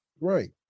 Right